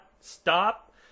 stop